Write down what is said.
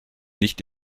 nicht